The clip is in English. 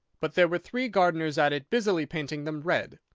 but there were three gardeners at it, busily painting them red.